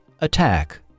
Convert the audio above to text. Attack